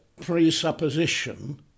presupposition